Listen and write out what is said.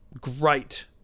great